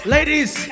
Ladies